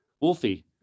Wolfie